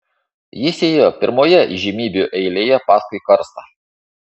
jis ėjo pirmoje įžymybių eilėje paskui karstą